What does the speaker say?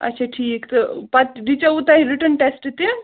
آچھا ٹھیٖک تہٕ پَتہٕ دِژیٛووٕ تۄہہِ رِٹٕن ٹیٚسٹہٕ تہِ